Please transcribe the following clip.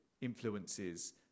influences